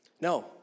No